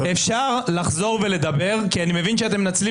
אפשר לחזור ולדבר כי אני מבין שאתם מנצלים